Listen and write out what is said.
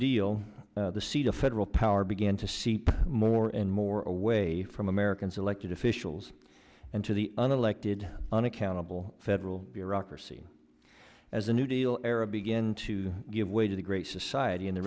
deal the seat of federal power began to seep more and more away from americans elected officials and to the unelected unaccountable federal bureaucracy as the new deal era begin to give way to the great society and the